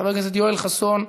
חבר הכנסת יואל חסון,